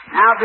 Now